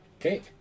Okay